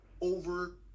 over